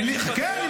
חכה.